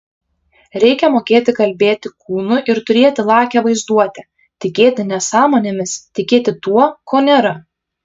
reikia mokėti kalbėti kūnu ir turėti lakią vaizduotę tikėti nesąmonėmis tikėti tuo ko nėra